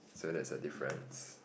so that's a difference